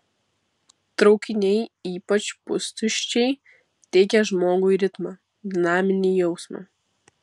traukiniai ypač pustuščiai teikia žmogui ritmą dinaminį jausmą